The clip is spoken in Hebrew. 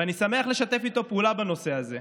ואני שמח לשתף איתו פעולה בנושא הזה.